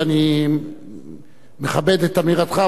ואני מכבד את אמירתך,